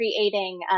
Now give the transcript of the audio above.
creating